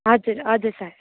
हजुर हजुर सर